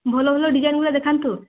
ଭଲ ଭଲ ଡିଜାଇନ୍ ଗୁଡ଼ା ଦେଖାନ୍ତୁ